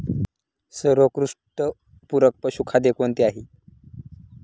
सर्वोत्कृष्ट पूरक पशुखाद्य कोणते आहे?